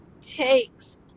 takes